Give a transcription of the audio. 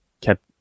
kept